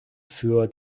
für